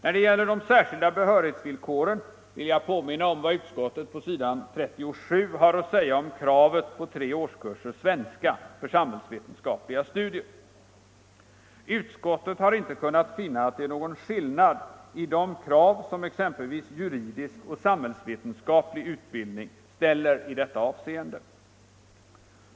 Då det gäller de särskilda behörighetsvillkoren vill jag påminna om vad utskottet på s. 37 har att säga om kravet på tre årskurser svenska för samhällsvetenskapliga studier. Utskottet har inte kunnat finna att det är någon skillnad i de krav som exempelvis juridisk och samhällsvetenskaplig utbildning ställer i detta avseende.